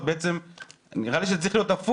אז נראה לי שזה צריך להיות הפוך,